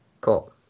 Cool